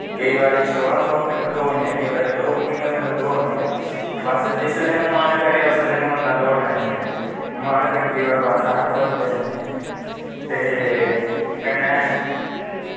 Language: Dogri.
केंई बीरा सोलांह् सौ मीटर दौड़नें ऐं केंई बारी दो किलो मीटर दौड़नें ऐं बस जिस दिन मन करेआ उन्ना दौड़ी लैन्ने आं मन लग्गी दा बस अस दौड़दे रैह्ने आं ते कन्नै